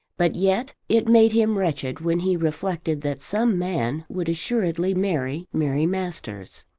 but yet it made him wretched when he reflected that some man would assuredly marry mary masters.